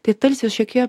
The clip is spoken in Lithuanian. tai tarsi šiokie